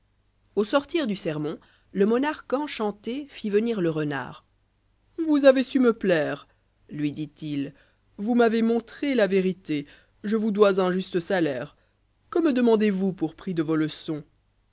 au sortir du sermon le monarque enchanté fit venir le renard vous avez su me plaire lui dit-il vous m'avez montré la vérité je vous dois un juste salaire jue me demandez-vous pour prix de vos leçons